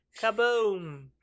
Kaboom